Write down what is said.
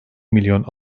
milyon